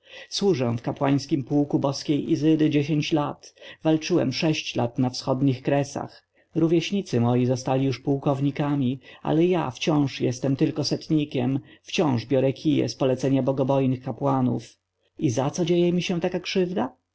służę w kapłańskim pułku boskiej izydy dziesięć lat walczyłem sześć lat na wschodnich kresach rówieśnicy moi zostali już pułkownikami ale ja wciąż jestem tylko setnikiem i wciąż biorę kije z polecenia bogobojnych kapłanów i za co dzieje mi się taka krzywda